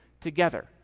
together